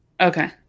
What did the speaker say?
Okay